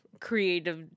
creative